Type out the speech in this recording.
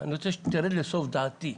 אני רוצה שתרד לסוף דעתי.